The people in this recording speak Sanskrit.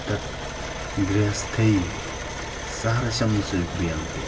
तत् गृहस्थैः सहर्षं स्वीक्रियन्ते